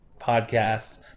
podcast